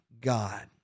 God